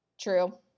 True